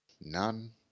none